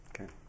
Okay